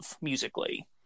musically